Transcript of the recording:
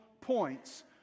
points